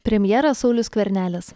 premjeras saulius skvernelis